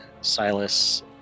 Silas